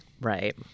Right